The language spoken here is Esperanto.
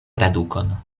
tradukon